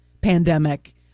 pandemic